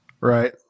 Right